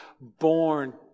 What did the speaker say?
born